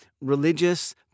religious